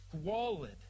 squalid